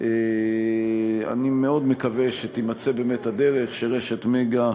אני מאוד מקווה שתימצא הדרך שרשת "מגה"